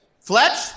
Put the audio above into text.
Fletch